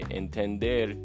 entender